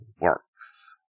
works